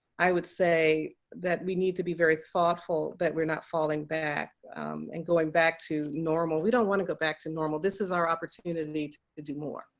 i would say that we need to be very thoughtful that we're not falling back and going back to normal. we don't want to go back to normal. this is our opportunity to do more.